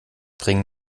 bring